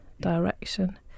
direction